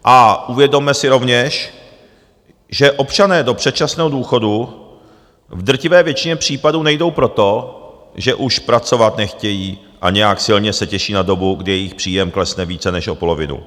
A uvědomme si rovněž, že občané do předčasného důchodu v drtivé většině případů nejdou proto, že už pracovat nechtějí a nějak silně se těší na dobu, kdy jejich příjem klesne o více než o polovinu.